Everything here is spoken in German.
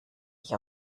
ich